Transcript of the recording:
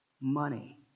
money